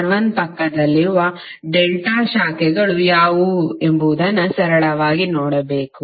R1 ಪಕ್ಕದಲ್ಲಿರುವ delta ಶಾಖೆಗಳು ಯಾವುವು ಎಂಬುದನ್ನು ಸರಳವಾಗಿ ನೋಡಬೇಕು